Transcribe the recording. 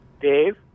Dave